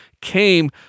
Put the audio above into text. came